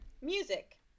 Music